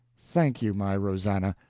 thank you, my rosannah!